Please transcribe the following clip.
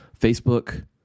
Facebook